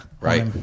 Right